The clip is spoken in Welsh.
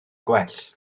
gwell